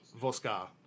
Vosca